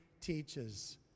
teaches